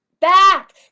back